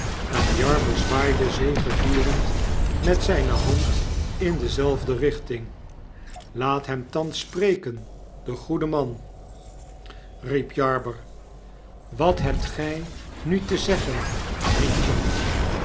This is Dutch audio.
en jarber zwaaide zegevierend met zyne hand in dezelfde richting laat hem thans spreken de goede man riep jarber wat hebt gij nu te zeggen vriendje